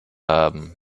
haben